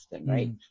right